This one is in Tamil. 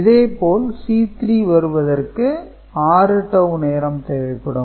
இதே போல் C3 வருவதற்கு 6 டவூ நேரம் தேவைப்படும்